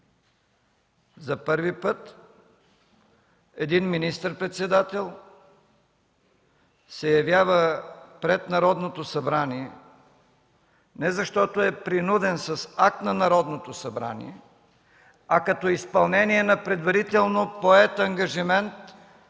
За първи път един министър-председател се явява пред Народното събрание не защото е принуден с акт на Народното събрание, а като изпълнение на предварително поет ангажимент,